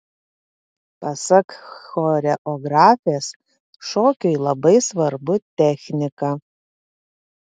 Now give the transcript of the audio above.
pasak choreografės šokiui labai svarbu technika